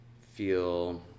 feel